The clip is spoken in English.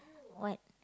what